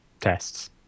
tests